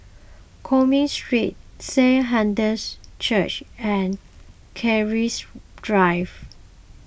Cumming Street Saint Hilda's Church and Keris Drive